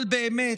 אבל באמת,